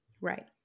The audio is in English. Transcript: Right